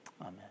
Amen